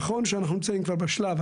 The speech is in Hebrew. נכון שאנחנו נמצאים כבר בשלב,